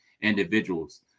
individuals